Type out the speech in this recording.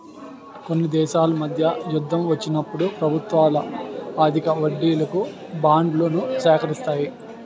కొన్ని దేశాల మధ్య యుద్ధం వచ్చినప్పుడు ప్రభుత్వాలు అధిక వడ్డీలకు బాండ్లను సేకరిస్తాయి